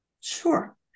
Sure